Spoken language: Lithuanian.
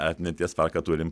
atminties parką turim